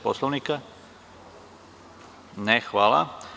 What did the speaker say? Poslovnika? (Ne.) -+Hvala.